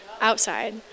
outside